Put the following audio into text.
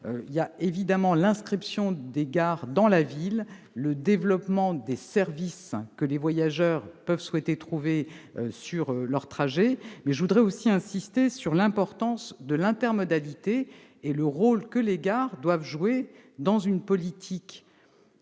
gares. Je pense à l'inscription des gares dans la ville, bien sûr, au développement des services que les voyageurs peuvent souhaiter trouver sur leur trajet. Je souhaite également insister sur l'importance de l'intermodalité et le rôle que les gares doivent jouer dans une politique